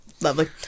lovely